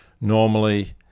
normally